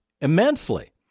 immensely